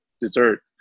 dessert